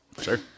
Sure